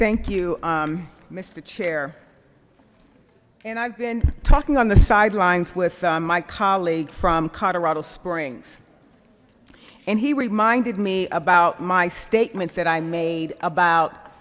thank you mister chair and i've been talking on the sidelines with my colleague from colorado springs and he reminded me about my statement that i made about